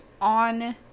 on